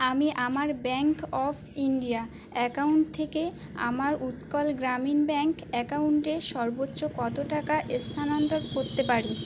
আমি আমার bank of India account থেকে আমার উৎকল গ্রামীণ ব্যাঙ্ক অ্যাকাউন্টে সর্বোচ্চ কত টাকা স্থানান্তর করতে পারি